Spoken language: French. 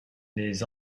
les